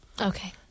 Okay